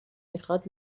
میخواد